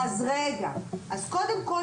קודם כל,